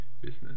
business